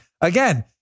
Again